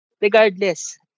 Regardless